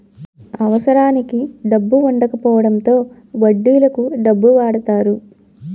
అవసరానికి డబ్బు వుండకపోవడంతో వడ్డీలకు డబ్బు వాడతారు